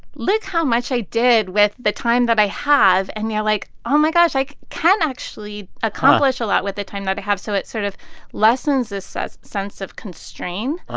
look how much i did with the time that i have. and you're like, oh, my gosh, i can actually accomplish a lot with the time that i have. so it sort of lessens ah the sense of constrain,